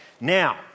now